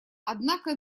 однако